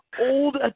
old